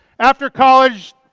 after college,